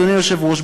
אדוני היושב-ראש,